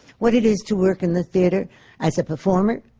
what it is to work in the theatre as a performer,